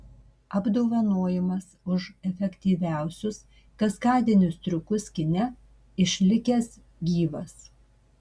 apdovanojimas už efektingiausius kaskadinius triukus kine išlikęs gyvas